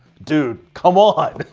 dude! come on!